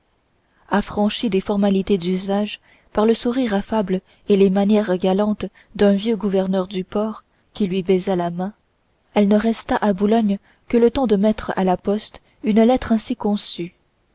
affranchie des formalités d'usage par le sourire affable et les manières galantes d'un vieux gouverneur du port qui lui baisa la main elle ne resta à boulogne que le temps de mettre à la poste une lettre ainsi conçue